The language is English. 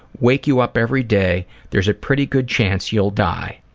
wake you up everyday, there's a pretty good chance you'll die.